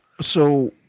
So-